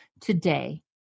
today